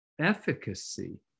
efficacy